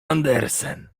andersen